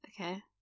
Okay